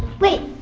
we